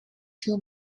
two